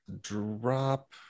drop